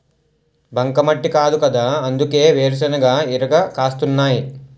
బంకమట్టి కాదుకదా అందుకే వేరుశెనగ ఇరగ కాస్తున్నాయ్